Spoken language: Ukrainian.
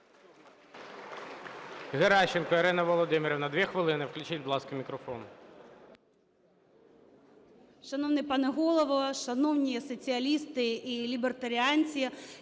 Шановний пане Голово, шановні соціалісти і лібертаріанці!